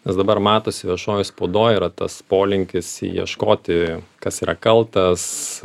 nes dabar matosi viešojoj spaudoj yra tas polinkis ieškoti kas yra kaltas